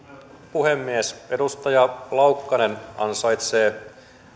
puhemies edustaja laukkanen ansaitsee